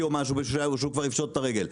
או משהו בשביל שהשוק כבר יפשוט את הרגל.